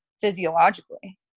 physiologically